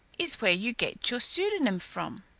is where you get your pseudonym from?